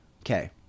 okay